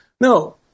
No